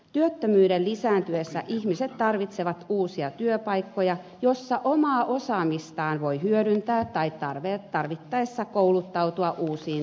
työttömyyden lisääntyessä ihmiset tarvitsevat uusia työpaikkoja joissa omaa osaamistaan voi hyödyntää tai tarvittaessa kouluttautua uusiin työtehtäviin